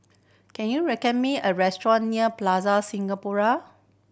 can you recommend me a restaurant near Plaza Singapura